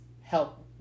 help